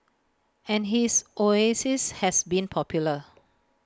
and his oasis has been popular